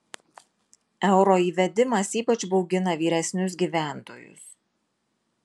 euro įvedimas ypač baugina vyresnius gyventojus